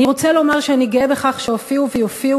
אני רוצה לומר שאני גאה בכך שהופיעו ויופיעו